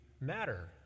matter